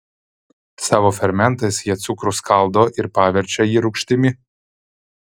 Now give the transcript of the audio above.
savo fermentais jie cukrų skaldo ir paverčia jį rūgštimi